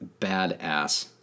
badass